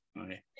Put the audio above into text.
Okay